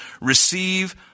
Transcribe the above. Receive